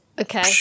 Okay